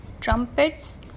trumpets